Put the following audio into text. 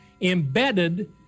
embedded